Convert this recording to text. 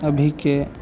अभीके